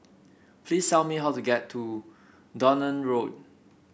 please tell me how to get to Dunearn Road